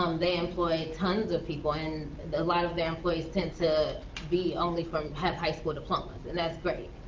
um they employ tons of people, and a lot of their employees tend to be only from. have high school diplomas. and that's great,